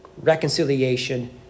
Reconciliation